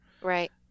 Right